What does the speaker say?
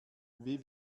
wie